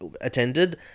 attended